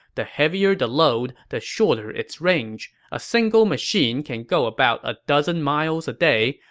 the heavier the load, the shorter its range. a single machine can go about a dozen miles a day,